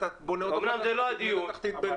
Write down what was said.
אתה אומר שזה לא הדיון.